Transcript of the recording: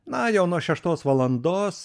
na jau nuo šeštos valandos